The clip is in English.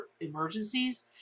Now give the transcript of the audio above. emergencies